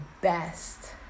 best